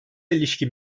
ilişkin